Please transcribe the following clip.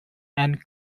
and